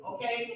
Okay